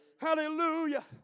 Hallelujah